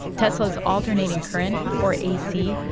tesla's alternating current, or ac,